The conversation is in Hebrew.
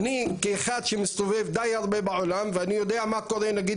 כאחד שמסתובב די הרבה בעולם ואני יודע מה קורה נגיד